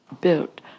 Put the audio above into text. built